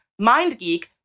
MindGeek